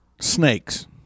snakes